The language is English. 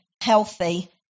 healthy